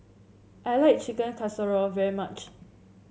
I like Chicken Casserole very much